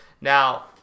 Now